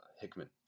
Hickman